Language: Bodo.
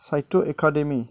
साहित्य एकाडेमि